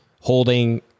holding